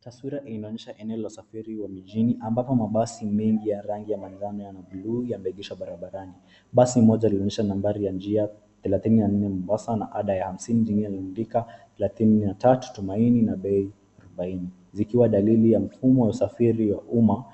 Taswira inaonyesha eneo la usafiri wa mijini ambapo mabasi mengi ya rangi ya manjano na buluu yameegeshwa barabarani. Basi moja linaonyesha nambari ya njia thelathini na nne Mombasa na ada ya hamsini jingine limeandika thelathini na tatu Tumaini na bei arubaini zikiwa dalili ya mfumo wa usafiri wa umma